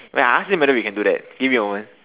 I ask him whether we can do that give me a moment